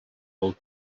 old